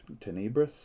tenebris